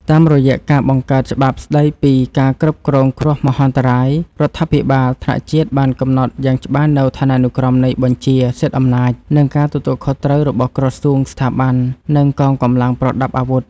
តាមរយៈការបង្កើតច្បាប់ស្តីពីការគ្រប់គ្រងគ្រោះមហន្តរាយ រដ្ឋាភិបាលថ្នាក់ជាតិបានកំណត់យ៉ាងច្បាស់នូវឋានានុក្រមនៃបញ្ជា សិទ្ធិអំណាច និងការទទួលខុសត្រូវរបស់ក្រសួង ស្ថាប័ន និងកងកម្លាំងប្រដាប់អាវុធ។